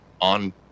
on